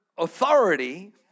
authority